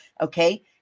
Okay